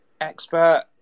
expert